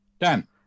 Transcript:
Dan